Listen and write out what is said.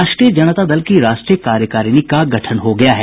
राष्ट्रीय जनता दल की राष्ट्रीय कार्यकारिणी का गठन हो गया है